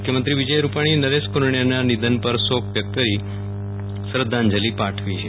મુખ્યમંત્રી વિજય રૂપાણીએ નરેશ કનોડિયાના નિધન પર શોક વ્યકત કરી શ્રધ્ધાજંલી પાઠવી છે